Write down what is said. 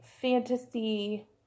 fantasy